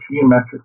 geometric